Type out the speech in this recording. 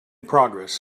progress